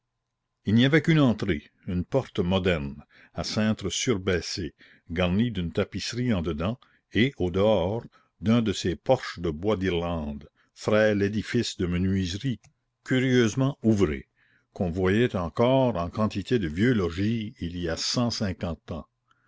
il n'y avait qu'une entrée une porte moderne à cintre surbaissé garnie d'une tapisserie en dedans et au dehors d'un de ces porches de bois d'irlande frêles édifices de menuiserie curieusement ouvrée qu'on voyait encore en quantité de vieux logis il y a cent cinquante ans